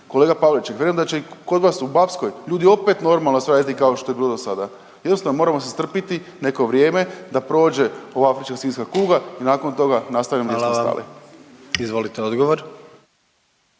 kolega Pavliček, vjerujem da će i kod vas u Bapskoj ljudi opet normalno sve raditi kao što je bilo do sada. Jednostavno, moramo se strpiti neko vrijeme da prođe ova ASK i nakon toga nastavljamo gdje smo stali. **Jandroković, Gordan